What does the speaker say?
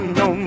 no